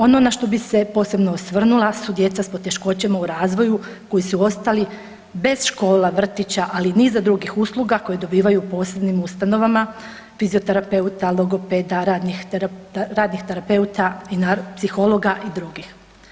Ono na što bi se posebno osvrnula su djeca s poteškoćama u razvoju koji su ostali bez škola, vrtića, ali i niza drugih usluga koje dobivaju u posebnim ustanovama, fizioterapeuta, logopeda, radnih terapeuta, psihologa i drugih.